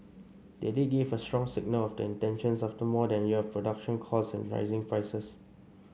they did give a strong signal of their intentions after more than a year of production cuts and rising prices